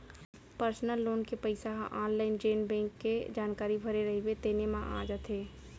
personal loan के पइसा ह आनलाइन जेन बेंक के जानकारी भरे रइबे तेने म आ जाथे